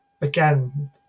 again